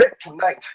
tonight